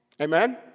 Amen